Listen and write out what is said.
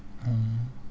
mm